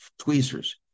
tweezers